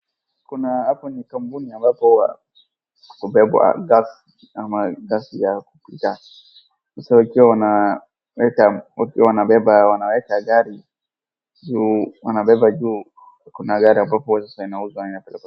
Kuna hapo ni kampuni ambapo kumewekwa gas ama gas ya kupika, sasa ikiwa wanaweka ikiwa wanabeba, wanaweka gari juu, wanabeba juu kuna gari ambapo sasa inauzwa inapelekwa.